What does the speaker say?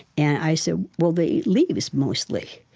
and i said, well, they eat leaves, mostly.